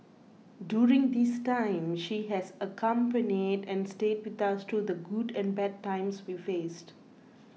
during this time she has accompanied and stayed with us through the good and bad times we faced